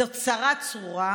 זאת צרה צרורה,